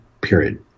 period